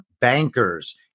bankers